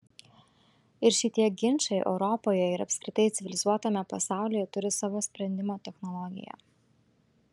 ir šitie ginčai europoje ir apskritai civilizuotame pasaulyje turi savo sprendimo technologiją